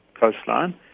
coastline